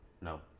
no